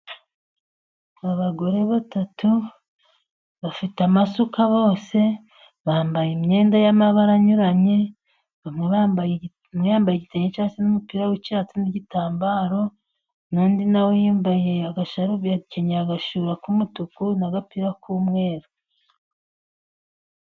Abagore batatu bafite amasuka, bose bambaye imyenda y'amabara anyuranye, umwe yambaye igitenge k'icyatsi n'umupira w'icyatsi, n'igitambaro, n'undi nawe yakenyeye agashura k'umutuku, n'agapira k'umweru.